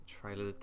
Trailer